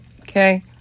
okay